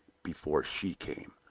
before she came.